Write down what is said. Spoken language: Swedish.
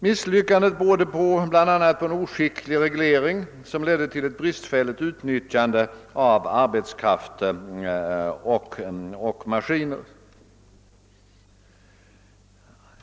Misslyckandet berodde bl.a. på en oskicklig reglering, som ledde till ett bristfälligt utnyttjande av arbetskraft och maskiner.